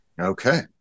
Okay